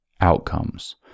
outcomes